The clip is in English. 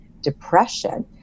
depression